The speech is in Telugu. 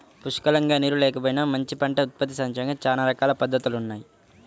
పుష్కలంగా నీరు లేకపోయినా మంచి పంట ఉత్పత్తి సాధించడానికి చానా రకాల పద్దతులున్నయ్